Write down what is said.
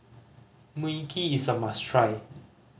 Mui Kee is a must try